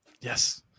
Yes